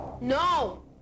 No